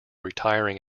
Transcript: retiring